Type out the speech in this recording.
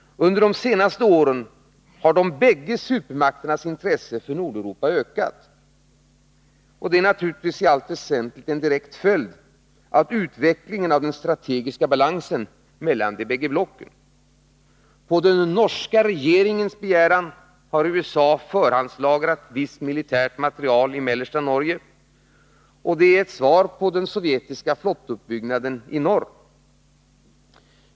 Under de senaste åren har de bägge supermakternas intresse för Nordeuropa ökat. I allt väsentligt är det naturligtvis en direkt följd av utvecklingen av den strategiska balansen mellan de bägge blocken. På den norska regeringens begäran har USA förhandslagrat viss militär materiel i mellersta Norge. Det är ett svar på den sovjetiska flottuppbyggnaden i norr.